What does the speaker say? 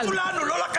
עכשיו תדאגו לנו, לא לכם.